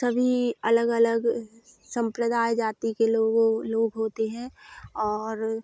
सभी अलग अलग संप्रदाय जाति के लोगों लोग होते हैं और